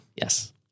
Yes